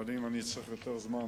אבל אם אצטרך יותר זמן,